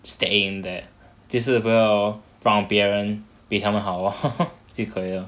staying there 就是不要让别人比他们好 lor 就可以了